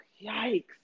yikes